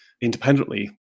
independently